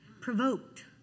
Provoked